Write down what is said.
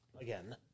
again